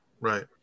Right